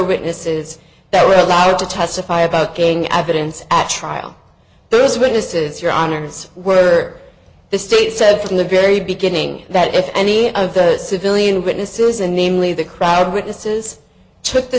witnesses that were allowed to testify about being added and at trial those witnesses your honour's where the state said from the very beginning that if any of the civilian witnesses and namely the crowd witnesses took the